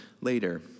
later